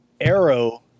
Arrow